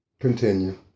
Continue